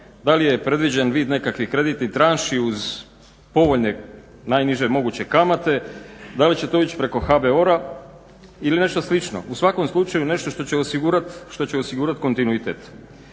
dal i je predviđen vid nekakvih kreditnih tranši uz povoljne, najniže moguće kamate, da li će to ići preko HBO-ra ili nešto slično, u svakom slučaju nešto što će osigurati kontinuitet.